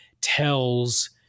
tells